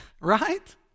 Right